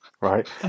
right